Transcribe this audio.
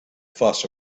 fuss